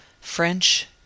french